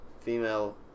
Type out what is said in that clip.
female